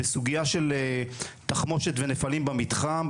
בסוגייה של תחמושת ונפלים במתחם,